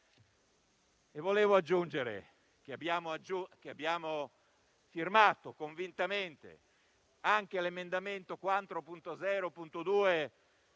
Voglio aggiungere che abbiamo firmato convintamente anche l'emendamento 4.0.2,